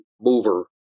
mover